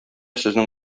сезнең